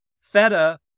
feta